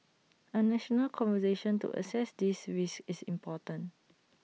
A national conversation to assess these risks is important